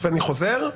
ואני חוזר,